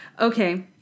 Okay